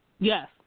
Yes